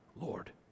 Lord